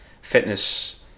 fitness